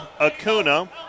Acuna